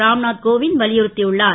ராம்நாத் கோவிந்த் வலியுறுத் உள்ளார்